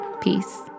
Peace